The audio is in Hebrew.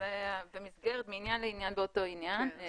מעניין לעניין באותו עניין.